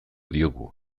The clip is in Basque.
diogu